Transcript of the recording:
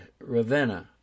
Ravenna